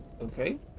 Okay